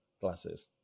glasses